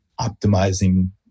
optimizing